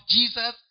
Jesus